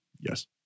Yes